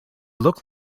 look